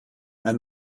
and